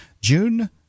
June